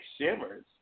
shimmers